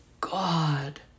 God